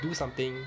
do something